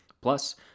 Plus